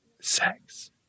sex